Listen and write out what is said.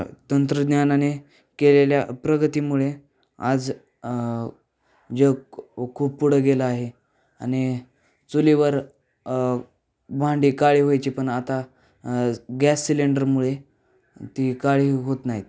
तंत्रज्ञानाने केलेल्या प्रगतीमुळे आज जग खू खूप पुढं गेलं आहे आणि चुलीवर भांडी काळी व्हायची पण आता गॅस सिलिंडरमुळे ती काळी होत नाहीत